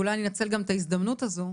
ואולי אני אנצל גם את ההזדמנות הזו,